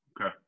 Okay